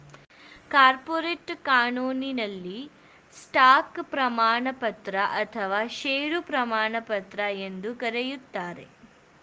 corporate ಕಾನೂನಿನಲ್ಲಿ stock ಪ್ರಮಾಣಪತ್ರ ಅಥವಾ ಶೇರು ಪ್ರಮಾಣಪತ್ರ ಎಂದು ಕರೆಯುತ್ತಾರೆ